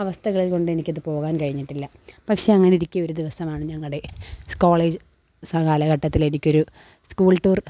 അവസ്ഥകളെ കൊണ്ടെനിക്കത് പോകാൻ കഴിഞ്ഞിട്ടില്ല പക്ഷെ അങ്ങനിരിക്കെ ഒരു ദിവസമാണ് ഞങ്ങളുടെ കോളേജ് കാലഘട്ടത്തിലെനിക്കൊരു സ്കൂൾ ടൂർ